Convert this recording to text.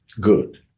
good